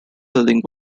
building